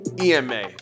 ema